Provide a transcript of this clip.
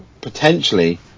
potentially